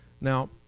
Now